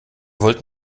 wollten